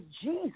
Jesus